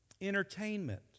Entertainment